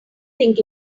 think